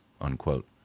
unquote